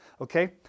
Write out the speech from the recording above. Okay